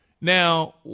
Now